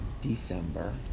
December